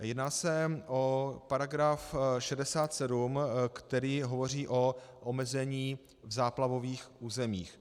Jedná se o § 67, který hovoří o omezení v záplavových územích.